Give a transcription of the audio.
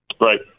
Right